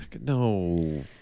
no